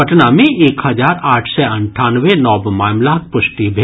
पटना मे एक हजार आठ सय अंठानवे नव मामिलाक पुष्टि भेल